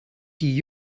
die